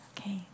Okay